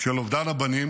של אובדן הבנים